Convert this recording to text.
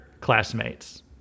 classmates